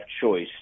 choice